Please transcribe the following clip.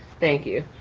thank you.